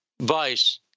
vice